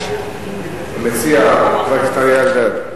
המציע חבר הכנסת אריה אלדד?